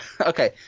okay